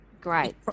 great